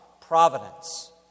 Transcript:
providence